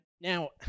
Now